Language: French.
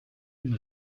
une